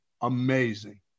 amazing